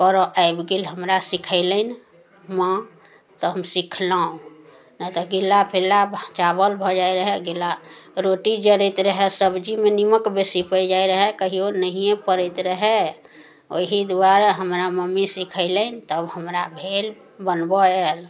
करऽ आबि गेल हमरा सिखयलनि माँ तऽ हम सिखलहुॅं नहि तऽ गिल्ला फिल्ला चावल भऽ जाइ रहै गिल्ला रोटी जरैत रहै सब्जीमे नीमक बेसी पड़ि जाइ रहै कहियो नहिएँ पड़ैत रहए ओहि दुआरे हमरा मम्मी सिखयलनि तब हमरा भेल बनबऽ आयल